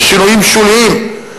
כי שינויים שוליים,